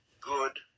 good